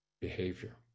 behavior